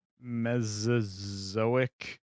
Mesozoic